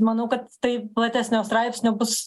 manau kad tai platesnio straipsnio bus